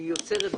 היא יוצרת בעיה.